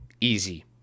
easy